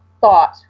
thought